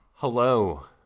Hello